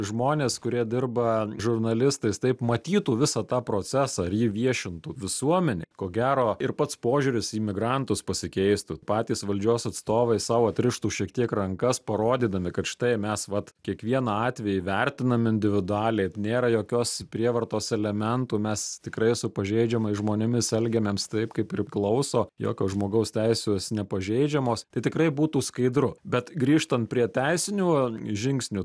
žmonės kurie dirba žurnalistais taip matytų visą tą procesą ir jį viešintų visuomenė ko gero ir pats požiūris į migrantus pasikeistų patys valdžios atstovai sau atrištų šiek tiek rankas parodydami kad štai mes vat kiekvieną atvejį vertinam individualiai nėra jokios prievartos elementų mes tikrai su pažeidžiamais žmonėmis elgiamėms taip kaip priklauso jokios žmogaus teisės nepažeidžiamos tai tikrai būtų skaidru bet grįžtant prie teisinių žingsnių